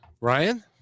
Ryan